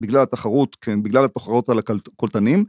בגלל התחרות, כן, בגלל התחרות על הקולטנים.